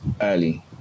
early